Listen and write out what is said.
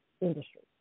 industry